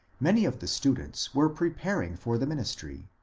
many of the students were preparing for the ministry.